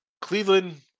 Cleveland